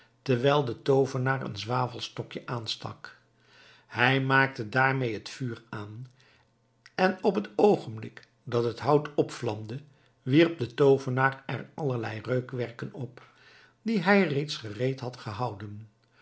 terwijl de toovenaar een zwavelstokje aanstak hij maakte daarmee het vuur aan en op het oogenblik dat het hout opvlamde wierp de toovenaar er allerlei reukwerken op die hij reeds gereed had gehouden